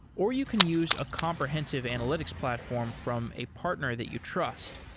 or you can use a comprehensive analytics platform from a partner that you trust.